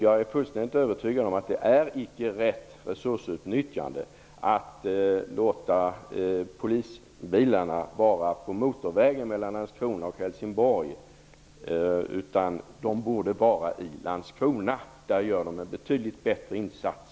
Jag är fullständigt övertygad om att det icke är rätt resursutnyttjande att låta polisbilarna vara på motorvägen mellan Landskrona och Helsingborg. De borde vara i Landskrona, där de gör en betydligt bättre insats.